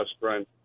friend